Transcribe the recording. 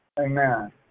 Amen